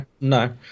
no